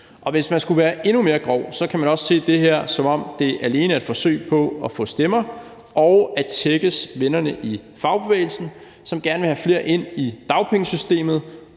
Og hvis man skulle være endnu mere grov, kunne man også se det her, som om det alene er et forsøg på at få stemmer og at tækkes vennerne i fagbevægelsen, som gerne vil have flere ind i dagpengesystemet,